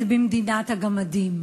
את 'במדינת הגמדים',